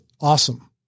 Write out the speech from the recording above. awesome